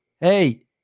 Hey